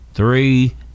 three